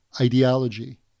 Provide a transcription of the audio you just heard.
ideology